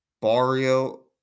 Barrio